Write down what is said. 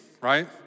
right